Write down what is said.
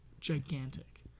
gigantic